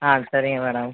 ஆ சரிங்க மேடம்